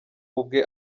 ubwe